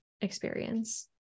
experience